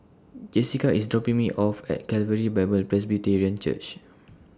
Jessica IS dropping Me off At Calvary Bible Presbyterian Church